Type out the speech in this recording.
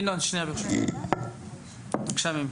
ינון שנייה ברשותך, בבקשה.